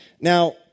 Now